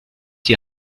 die